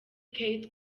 kate